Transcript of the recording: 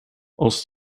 als